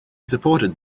supported